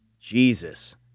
Jesus